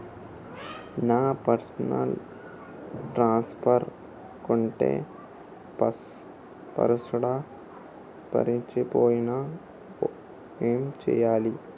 నా పైసల్ ట్రాన్స్ఫర్ కొట్టే పాస్వర్డ్ మర్చిపోయిన ఏం చేయాలి?